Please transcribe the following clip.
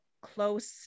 close